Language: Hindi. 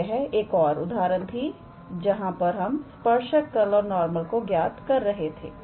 तो यह एक और उदाहरण थी जहां पर हम स्पर्शक तलऔर नॉर्मल को ज्ञात कर रहे थे